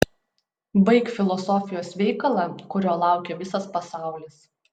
baik filosofijos veikalą kurio laukia visas pasaulis